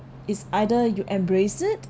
is either you embrace it